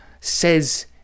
says